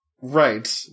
Right